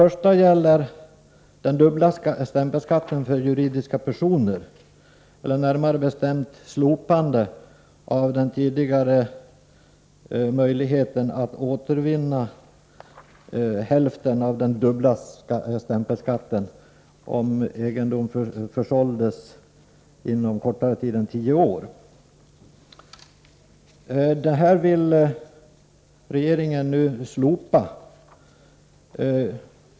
Reservation 1 gäller stämpelskatten för juridiska personer, närmare bestämt slopande av den tidigare möjligheten att återvinna hälften av den dubbla stämpelskatten vid försäljning av egendom inom kortare tid än tio år. Denna bestämmelse vill regeringen nu slopa.